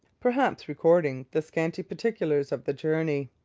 perhaps recording the scanty particulars of the journey.